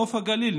נוף הגליל,